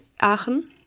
Aachen